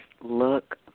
look